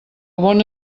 bona